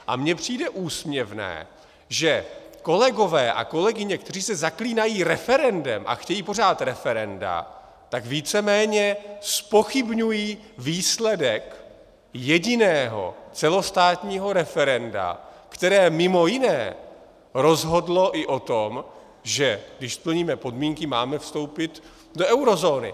A mě přijde úsměvné, že kolegové a kolegyně, kteří se zaklínají referendem a chtějí pořád referenda, tak víceméně zpochybňují výsledek jediného celostátního referenda, které mj. rozhodlo i o tom, že když splníme podmínky, máme vstoupit do eurozóny.